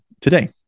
today